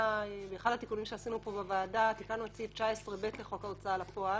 אחד התיקונים שעשינו פה בוועדה זה לתקן את סעיף 19ב לחוק ההוצאה לפועל,